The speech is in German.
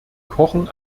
kochen